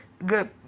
Good